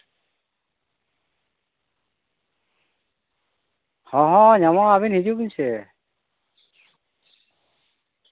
ᱦᱚᱸ ᱦᱚᱸ ᱧᱟᱢᱚᱜᱼᱟ ᱟᱹᱵᱤᱱ ᱦᱤᱡᱩᱜ ᱵᱤᱱ ᱥᱮ